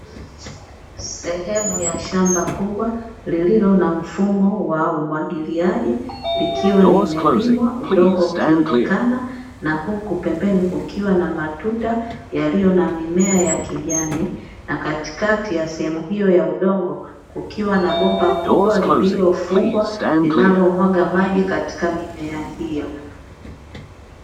Sehemu ya shamba kubwa lililo na mfumo wa umwagiliaji likiwa limelimwa udongo ukionekana, na huku pembeni kukiwa na matuta yaliyo na mimea ya kijani na katikati ya sehemu hiyo ya udongo kukiwa na bomba kubwa lililofungwa linalomwaga maji katika mimea hiyo.